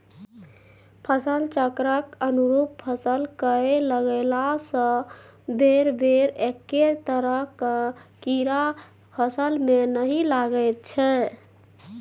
फसल चक्रक अनुरूप फसल कए लगेलासँ बेरबेर एक्के तरहक कीड़ा फसलमे नहि लागैत छै